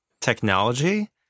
technology